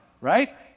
right